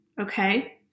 okay